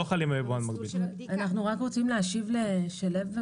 אנחנו רוצים להשיב לשלו.